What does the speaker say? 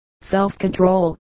self-control